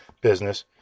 business